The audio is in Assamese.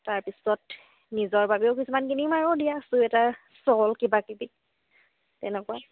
তাৰপিছত নিজৰ বাবেও কিছুমান কিনিম আৰু দিয়া চুৱেটাৰ শ্বল কিবা কিবি তেনেকুৱা